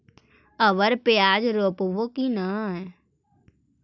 अबर प्याज रोप्बो की नय?